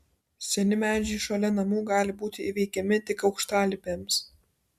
seni medžiai šalia namų gali būti įveikiami tik aukštalipiams